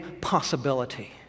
possibility